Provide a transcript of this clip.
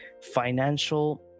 financial